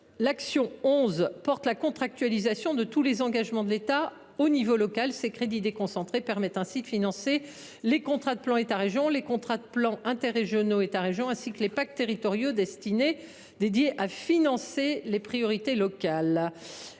locale » porte la contractualisation de tous les engagements de l’État à l’échelon local. Ces crédits déconcentrés permettent de financer les contrats de plan État région, les contrats de plan interrégionaux État région, ainsi que les pactes territoriaux destinés à financer les priorités locales.